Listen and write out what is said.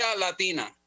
Latina